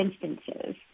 instances